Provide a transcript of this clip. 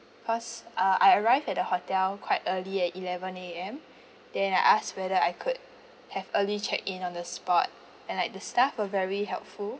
because uh I arrived at the hotel quite early at eleven A_M then I asked whether I could have early check in on the spot and like the staff were very helpful